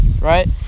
right